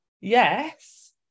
yes